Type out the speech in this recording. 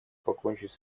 покончить